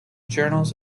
journals